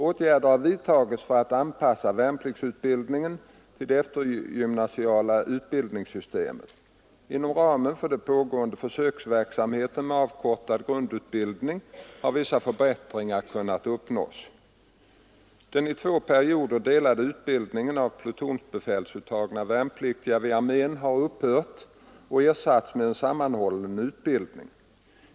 Åtgärder har vidtagits för att anpassa värnpliktsutbildningen till det eftergymnasiala utbildningssystemet. Inom ramen för den pågående försöksverksamheten med avkortad grundutbildning har vissa förbättringar kunnat uppnås. Den i två perioder delade utbildningen av plutonsbefälsuttagna värnpliktiga vid armén har upphört och ersatts med en sammanhållen utbildning.